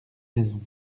maison